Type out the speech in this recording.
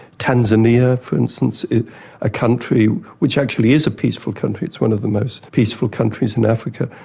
tanzania, for instance, a country which actually is a peaceful country, it's one of the most peaceful countries in africa.